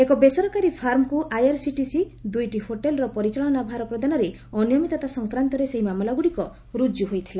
ଏକ ବେସରକାରୀ ଫାର୍ମକୁ ଆଇଆର୍ସିଟିସିର ଦୁଇଟି ହୋଟେଲର ପରିଚାଳନା ଭାର ପ୍ରଦାନରେ ଅନିୟମିତତା ସଂକ୍ରାନ୍ତରେ ସେହି ମାମଲାଗୁଡ଼ିକ ରୁଜୁ ହୋଇଥିଲା